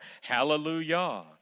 hallelujah